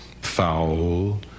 foul